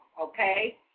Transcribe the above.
okay